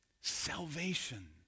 salvation